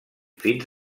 fins